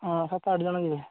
ହଁ ସାତ ଆଠ ଜଣ ଯିବେ